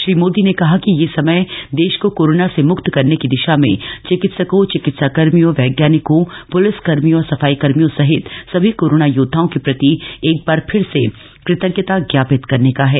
श्री मोदी ने कहा कि यह समय देश को कोरोना से मुक्त करने की दिशा में चिकित्सकों चिकित्सा कर्मियों वैज्ञानिकों पुलिसकर्मियों और सफाई कर्मियों सहित सभी कोरोना योद्वाओं के प्रति एक बार फिर से कृतज्ञता ज्ञापित करने का है